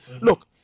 Look